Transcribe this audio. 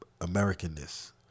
Americanness